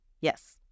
Yes